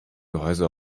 gehäuse